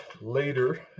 later